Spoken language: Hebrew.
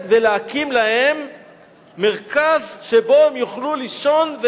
ולהקים להם מרכז שבו הם יוכלו לישון,